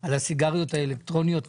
על הסיגריות האלקטרוניות.